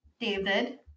David